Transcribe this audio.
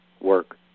work